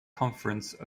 conference